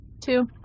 Two